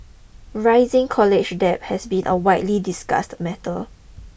rising college debt has been a widely discussed matter